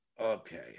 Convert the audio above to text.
Okay